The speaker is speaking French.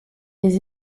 les